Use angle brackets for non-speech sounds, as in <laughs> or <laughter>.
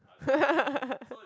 <laughs>